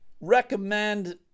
recommend